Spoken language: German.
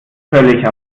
völlig